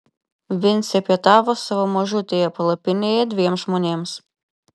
vincė pietavo savo mažutėje palapinėje dviem žmonėms